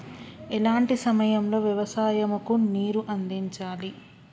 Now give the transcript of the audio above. ఎలాంటి సమయం లో వ్యవసాయము కు నీరు అందించాలి?